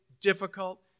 difficult